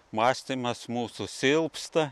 mąstymas mūsų silpsta